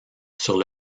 sur